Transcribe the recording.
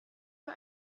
für